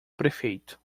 prefeito